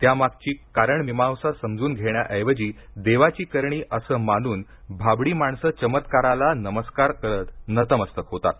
त्यामागची कारण मिमांसा समजून घेण्याऐवजी देवाची करणी असं मानून भाबडी माणसं चमत्काराला नमस्कार करत नतमस्तक होतात